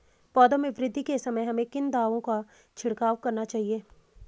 पौधों में वृद्धि के समय हमें किन दावों का छिड़काव करना चाहिए?